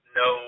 no